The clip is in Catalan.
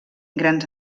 grans